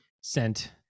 sent